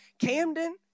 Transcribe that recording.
Camden